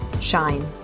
Shine